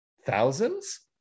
thousands